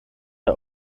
der